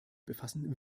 befassen